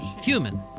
human